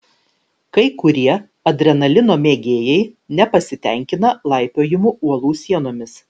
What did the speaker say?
kai kurie adrenalino mėgėjai nepasitenkina laipiojimu uolų sienomis